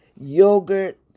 yogurt